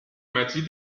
مجید